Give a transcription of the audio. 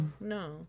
No